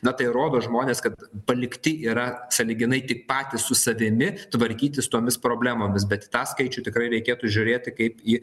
na tai rodo žmonės kad palikti yra sąlyginai tik patys su savimi tvarkytis tomis problemomis bet į tą skaičių tikrai reikėtų žiūrėti kaip į